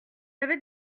avez